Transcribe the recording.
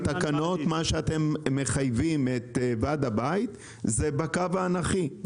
בתקנות אתם מחייבים את ועד הבית בקו האנכי,